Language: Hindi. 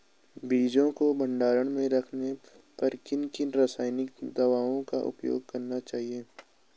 बीजों को भंडारण में रखने पर किन किन रासायनिक दावों का उपयोग करना चाहिए?